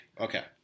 okay